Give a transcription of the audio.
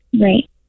Right